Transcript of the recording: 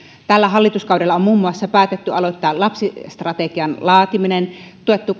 tällä hallituskaudella on muun muassa päätetty aloittaa lapsistrategian laatiminen tuettu